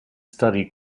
study